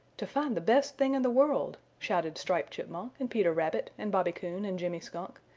to find the best thing in the world! shouted striped chipmunk and peter rabbit and bobby coon and jimmy skunk,